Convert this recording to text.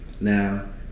Now